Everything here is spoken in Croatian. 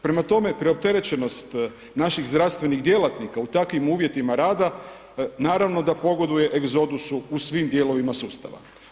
Prema tome, preopterećenost naših zdravstvenih djelatnika u takvim uvjetima rada naravno da pogoduje egzodusu u svim dijelovima sustava.